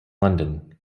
london